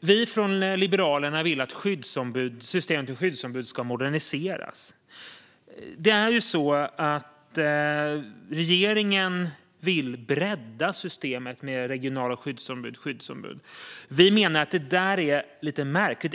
Vi i Liberalerna vill att systemet med skyddsombud ska moderniseras. Regeringen vill bredda systemet med regionala skyddsombud. Vi menar att detta är lite märkligt.